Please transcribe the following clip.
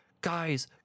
guys